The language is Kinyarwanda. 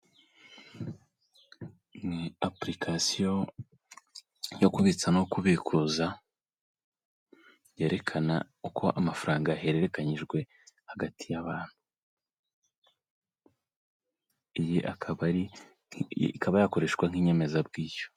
Ni apulikasiyo yo kubitsa no kubikuza yerekana uko amafaranga yahererekanyijwe hagati y'abantu iyi ikaba yakoreshwa nk'inyemezabwishyu.